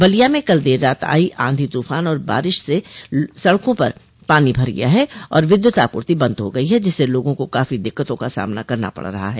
बलिया में कल देर रात आयी ऑधी तूफान और बारिश से सड़कों पर पानी भर गया है और विद्युत आपूर्ति बन्द हो गयी है जिससे लोगों को काफी दिक्कतों का सामना करना पड़ रहा है